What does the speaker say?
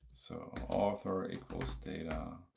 so author equals data.